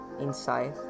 inside